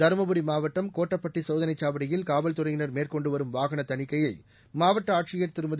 தருமபுரி மாவட்டம் கோட்டப்பட்டி சோதனைச் சாவடியில் காவல்துறையினர் மேற்கொண்டுவரும் வாகன தணிக்கையை மாவட்ட ஆட்சியர் திருமதி